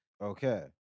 okay